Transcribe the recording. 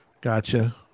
Gotcha